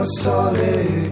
solid